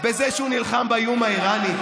בזה שהוא נלחם באיום האיראני?